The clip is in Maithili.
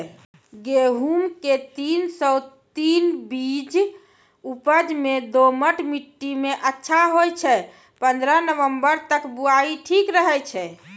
गेहूँम के तीन सौ तीन बीज उपज मे दोमट मिट्टी मे अच्छा होय छै, पन्द्रह नवंबर तक बुआई ठीक रहै छै